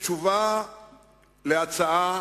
בתשובה על הצעה